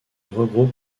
regroupe